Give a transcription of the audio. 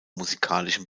musikalischen